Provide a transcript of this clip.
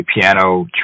piano